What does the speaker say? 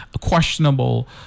questionable